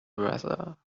whether